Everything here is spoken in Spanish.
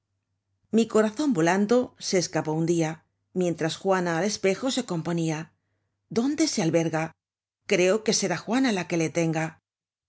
mi corazon volando se escapó un dia mientras juana al espejo se componía dónde se alberga creo que será juana la que le tenga